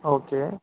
okay